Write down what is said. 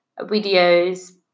videos